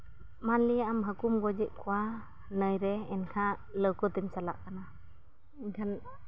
ᱢᱟᱱᱞᱤᱭᱟ ᱟᱢ ᱦᱟᱹᱠᱩᱢ ᱜᱚᱡᱮᱫ ᱠᱚᱣᱟ ᱱᱟᱹᱭ ᱨᱮ ᱮᱱᱠᱷᱟᱱ ᱞᱟᱹᱣᱠᱟᱹᱛᱤᱢ ᱪᱟᱞᱟᱜ ᱠᱟᱱᱟ ᱤᱧᱴᱷᱮᱱ